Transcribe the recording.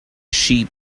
sheep